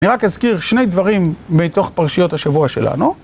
אני רק אזכיר שני דברים מתוך פרשיות השבוע שלנו.